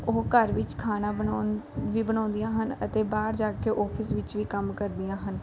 ਉਹ ਘਰ ਵਿੱਚ ਖਾਣਾ ਬਣਾਉਣ ਵੀ ਬਣਾਉਂਦੀਆਂ ਹਨ ਅਤੇ ਬਾਹਰ ਜਾ ਕੇ ਆਫਿਸ ਵਿੱਚ ਵੀ ਕੰਮ ਕਰਦੀਆਂ ਹਨ